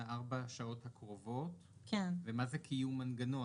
ארבע השעות הקרובות ומה זה קיום מנגנון,